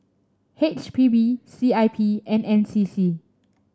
H P B C I P and N C C